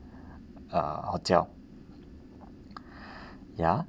a hotel ya